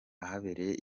ahabereye